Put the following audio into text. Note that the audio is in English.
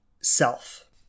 self